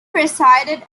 presided